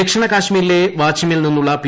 ദക്ഷിണ കാശ്മീരിലെ വാച്ചിമിൽ നിന്നുള്ള പി